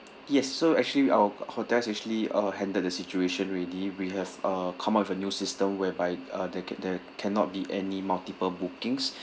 yes so actually our hotel is actually uh handle the situation ready we have uh come up with a new system whereby uh there can there cannot be any multiple bookings